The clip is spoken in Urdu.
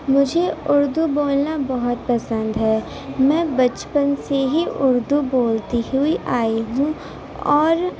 مجھے اردو بولنا بہت پسند ہے میں بچپن سے ہی اردو بولتی ہوئی آئی ہوں اور